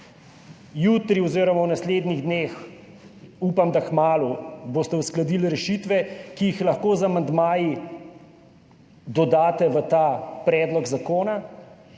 Jutri oziroma v naslednjih dneh, upam, da kmalu, boste uskladili rešitve, ki jih lahko z amandmaji dodate v ta predlog zakona